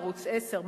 ערוץ 10,